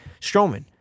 Strowman